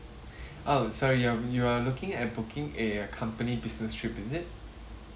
oh sorry you are you are looking at booking a a company business trip is it